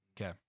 Okay